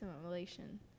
simulation